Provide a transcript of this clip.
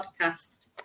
podcast